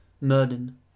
Murden